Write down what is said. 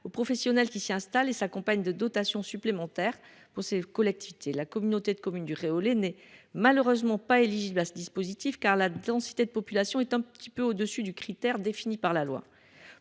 aux professionnels qui s’y installent et s’accompagne de dotations supplémentaires pour celles ci. La communauté de communes du Réolais n’y est malheureusement pas éligible, car la densité de population est un peu au dessus du critère défini par la loi.